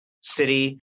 city